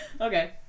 Okay